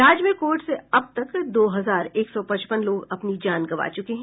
राज्य में कोविड से अब तक दो हजार एक सौ पचपन लोग अपनी जान गंवा चुके हैं